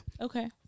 Okay